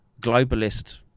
globalist